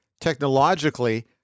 technologically –